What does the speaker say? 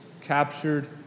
captured